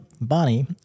Bonnie